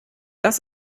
das